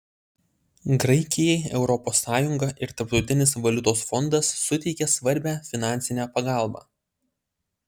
graikijai europos sąjunga ir tarptautinis valiutos fondas suteikė svarbią finansinę pagalbą